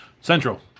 Central